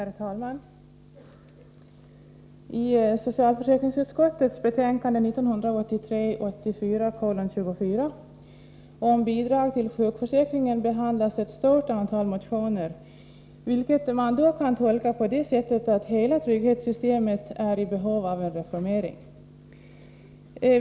Herr talman! I socialförsäkringsutskottets betänkande 24 om bidrag till sjukförsäkringen behandlas ett stort antal motioner, vilket man kan tolka på det sättet att hela trygghetssystemet är i behov av en reformering.